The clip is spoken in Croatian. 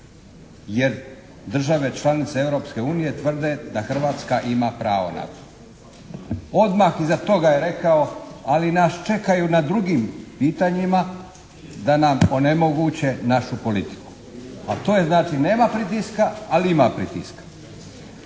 jer države članice Europske unije tvrde da Hrvatska ima pravo na to. Odmah iza toga je rekao, ali nas čekaju na drugim pitanjima da nam onemoguće našu politiku, a to je znači nema pritiska, ali ima pritiska.